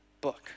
book